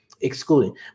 excluding